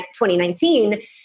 2019